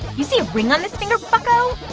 you see a ring on this finger, bucko?